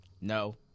No